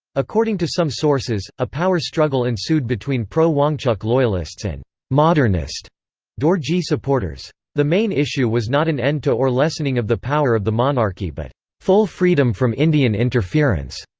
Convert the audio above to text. according to some sources, a power struggle ensued between pro-wangchuck loyalists and modernist dorji supporters. the main issue was not an end to or lessening of the power of the monarchy but full freedom from indian interference.